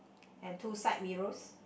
and two side mirrors